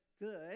good